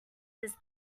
this